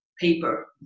paper